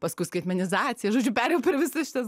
paskui skaitmenizacija žodžiu perėjau per visas šitas